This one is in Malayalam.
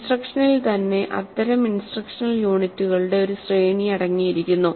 ഇൻസ്ട്രക്ഷനിൽ തന്നെ അത്തരം ഇൻസ്ട്രക്ഷണൽ യൂണിറ്റുകളുടെ ഒരു ശ്രേണി അടങ്ങിയിരിക്കുന്നു